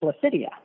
Placidia